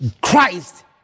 Christ